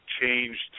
changed –